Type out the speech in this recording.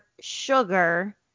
sugar